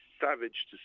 savage